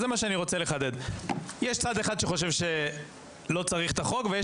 יש צד אחד שחושב שלא צריך את החוק ויש